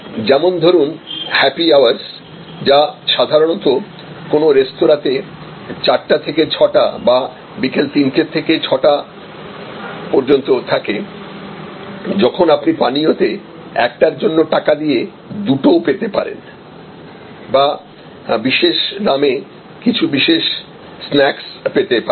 যেমন ধরুন happy hours যা সাধারণত কোনও রেস্তোঁরাতে 4 টা থেকে 6 টা বা বিকাল 3 টা থেকে 6 PM এর মধ্যে থাকে যখন আপনি পানীয়তে 1 টার জন্য টাকা দিয়ে 2 টো পেতে পারেন বা বিশেষ দামে কিছু বিশেষ স্ন্যাকস পেতে পারেন